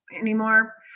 anymore